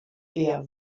eher